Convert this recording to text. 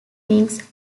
wings